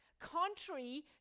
contrary